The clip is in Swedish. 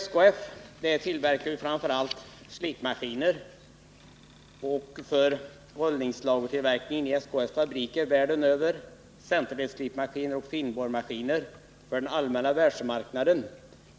LMV tillverkar framför allt slipmaskiner för rullningslagertillverkningen i SKF:s fabriker världen över, centerlesslipmaskiner och finborrmaskiner för världsmarknaden